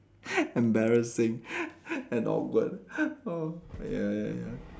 embarrassing and awkward oh ya ya ya